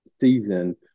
Season